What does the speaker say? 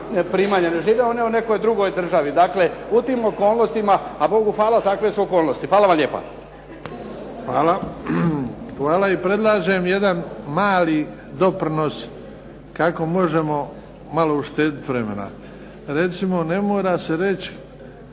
primanja. Ne žive oni o nekoj drugoj državi. Dakle, u tim okolnostima, a Bogu hvala takve su okolnosti. Hvala vam lijepa. **Bebić, Luka (HDZ)** Hvala. I predlažem jedan mali doprinos kako možemo malo uštediti vremena. Recimo ne mora se reći,